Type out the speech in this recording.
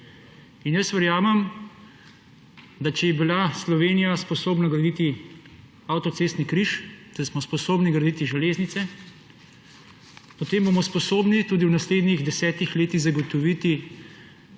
In verjamem, da če je bila Slovenija sposobna graditi avtocestni križ, če smo sposobni graditi železnice, potem bomo sposobni tudi v naslednjih desetih letih zagotoviti